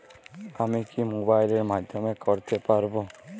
আমি কি মোবাইলের মাধ্যমে করতে পারব?